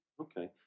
Okay